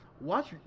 watch